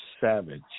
savage